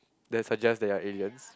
that suggests that you're aliens